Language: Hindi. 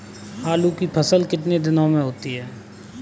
आलू की फसल कितने दिनों में होती है?